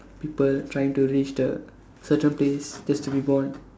people trying to reach the certain place just to be born